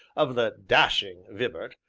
of the dashing vibart,